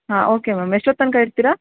ಹಾಂ okay ma'am ಎಷ್ಟೊತ್ತು ತನಕ ಇರ್ತೀರಾ